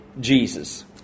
Jesus